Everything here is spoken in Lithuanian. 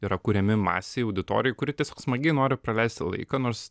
yra kuriami masei auditorijai kuri tiesiog smagiai nori praleisti laiką nors